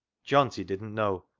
johnty didn't know,